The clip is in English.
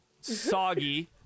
soggy